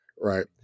right